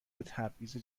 تبعیض